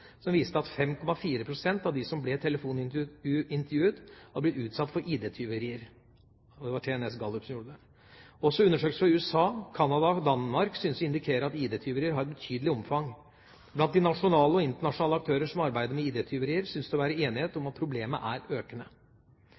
som viste at 5,4 pst. av dem som ble telefonintervjuet, hadde blitt utsatt for ID-tyverier. Det var TNS Gallup som sto for intervjuene. Også undersøkelser fra USA, Canada og Danmark syns å indikere at ID-tyverier har et betydelig omfang. Blant de nasjonale og internasjonale aktører som arbeider med ID-tyverier, syns det å være enighet om at problemet er økende.